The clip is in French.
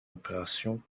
opération